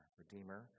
redeemer